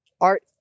art